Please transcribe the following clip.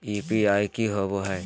UPI की होबो है?